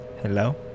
Hello